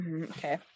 Okay